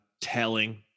telling